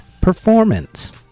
performance